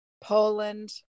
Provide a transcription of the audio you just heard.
Poland